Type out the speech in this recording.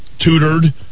tutored